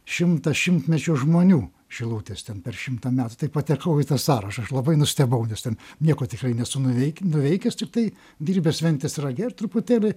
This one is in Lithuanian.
šimtą šimtmečio žmonių šilutės ten per šimtą metų tai patekau į tą sąrašą aš labai nustebau nes ten nieko tikrai nesu nuveik nuveikęs tiktai dirbęs ventės rage ir truputėlį